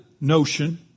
notion